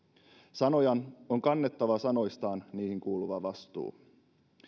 sanojan on kannettava sanoistaan niihin kuuluva vastuu